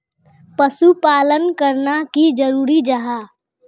पशुपालन करना की जरूरी जाहा?